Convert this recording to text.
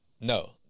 No